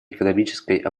экономической